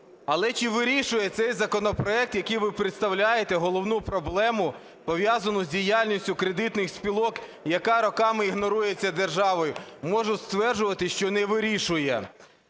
Але чи вирішує цей законопроект, який ви представляєте, головну проблему, пов'язану з діяльністю кредитних спілок, яка роками ігнорується державою? Можу стверджувати, що не вирішує.